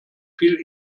viel